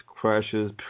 crashes